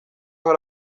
hari